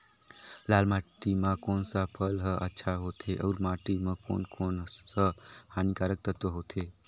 लाल माटी मां कोन सा फसल ह अच्छा होथे अउर माटी म कोन कोन स हानिकारक तत्व होथे?